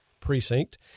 precinct